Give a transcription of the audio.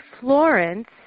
Florence